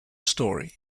story